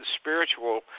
spiritual